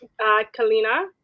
Kalina